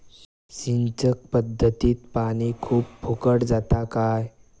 सिंचन पध्दतीत पानी खूप फुकट जाता काय?